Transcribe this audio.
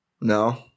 No